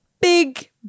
big